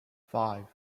five